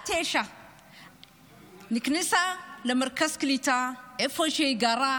בת תשע נכנסה למרכז קליטה, איפה שהיא גרה,